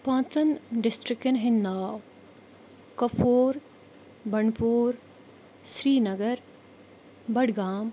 پانٛژن ڈسٹرکن ہنٛدۍ ناو کۄپوور بنٛڈپوٗر سرینَگر بڈگام